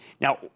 Now